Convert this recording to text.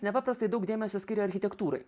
nepaprastai daug dėmesio skiria architektūrai